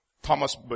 Thomas